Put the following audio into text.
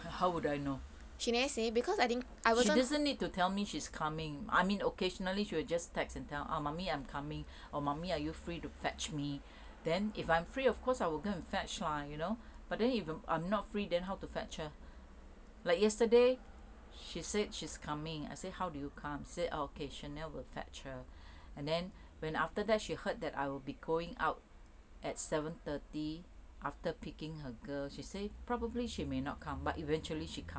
how would I know she doesn't need to tell me she's coming I mean occasionally she will just text and tell mummy I'm coming or mummy are you free to fetch me then if I'm free of course I will go and fetch lah you know but then if I'm not free then how to fetch her like yesterday she said she's coming I say how did you come oh okay chanel will fetch her and then when after that she heard that I will be going out at seven thirty after picking her girl she say probably she may not come but eventually she come